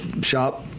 shop